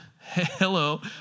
hello